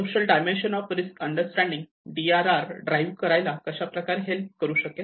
social dimension of risk understanding D R R drive करायला कशाप्रकारे help करू शकेल